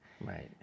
Right